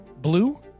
blue